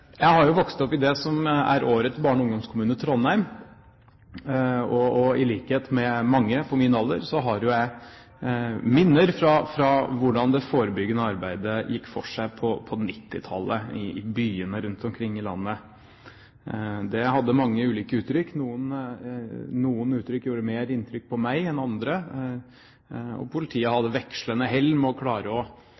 jeg. Jeg vokste opp i det som er Årets barne- og ungdomskommune, Trondheim, og i likhet med mange på min alder har jeg minner fra hvordan det forebyggende arbeidet gikk for seg på 1990-tallet i byene rundt omkring i landet. Det hadde mange ulike uttrykk. Noen uttrykk gjorde mer inntrykk på meg enn andre, og politiet